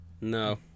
no